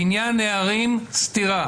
בניין הערים סתירה.